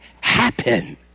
happen